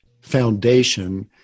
foundation